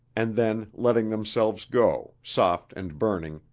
and then letting themselves go, soft and burning,